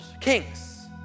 kings